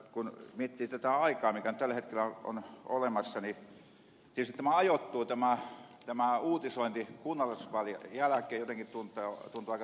kun miettii tätä aikaa mikä nyt tällä hetkellä on olemassa niin tietysti tämä uutisointi kun se ajoittuu kunnallisvaalien jälkeen tuntuu jotenkin aika tarkoitushakuiselta